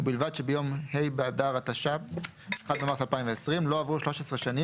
ובלבד שביום ה' באדר התש"ף (1 במרס 2020) לא עברו 13 שנים